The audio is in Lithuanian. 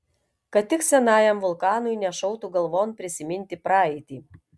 kad tik senajam vulkanui nešautų galvon prisiminti praeitį